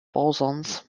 bosons